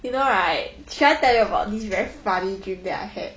you know right should I tell you about this very funny dream that I had